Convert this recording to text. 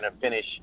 finish